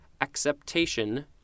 acceptation